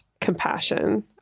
compassion